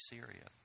Syria